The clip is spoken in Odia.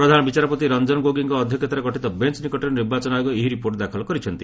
ପ୍ରଧାନ ବିଚାରପତି ରଞ୍ଜନ ଗୋଗୋଇଙ୍କ ଅଧ୍ୟକ୍ଷତାରେ ଗଠିତ ବେଞ୍ ନିକଟରେ ନିର୍ବାଚନ ଆୟୋଗ ଏହି ରିପୋର୍ଟ ଦାଖଲ କରିଛନ୍ତି